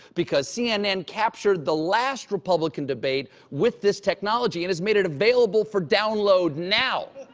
because cnn captured the last republican debate with this technology and has made it available for download now.